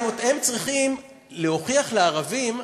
הם צריכים להוכיח לערבים,